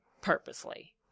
purposely